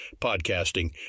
podcasting